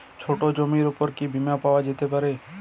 ছোট জমির উপর কি বীমা পাওয়া যেতে পারে?